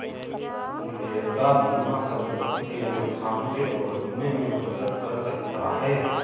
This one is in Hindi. देयता बीमा संपत्ति के नुकसान के मुकदमे में मदद कर सकता है